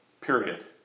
period